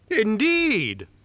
Indeed